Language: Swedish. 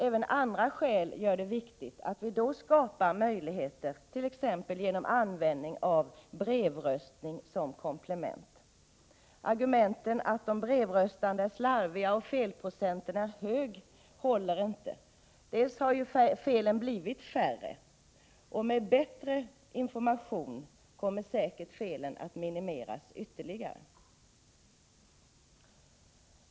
Även andra skäl gör att det är viktigt att sådana möjligheter skapas, t.ex. genom användning av brevröstning som komplement. Argumenten att de brevröstande är slarviga och att felprocenten är hög håller inte. Felen har blivit färre, och med bättre information kommer felen säkert att minimeras ytterligare.